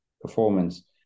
performance